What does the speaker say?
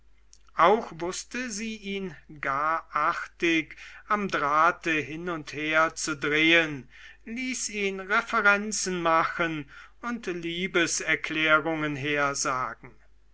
auch wußte sie ihn gar artig am drahte hin und her zu drehen ließ ihn reverenzen machen und liebeserklärungen hersagen